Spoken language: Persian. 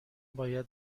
باید